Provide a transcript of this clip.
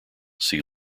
see